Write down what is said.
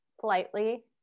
slightly